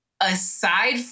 aside